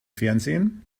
fernsehen